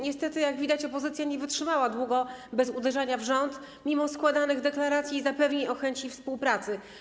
Niestety, jak widać, opozycja nie wytrzymała długo bez uderzania w rząd, mimo składanych deklaracji i zapewnień o chęci współpracy.